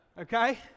Okay